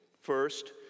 First